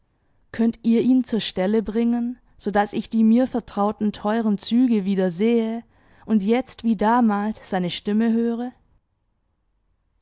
könnt ihr ihn zur stelle bringen so daß ich die mir vertrauten teuren züge wieder sehe und jetzt wie damals seine stimme höre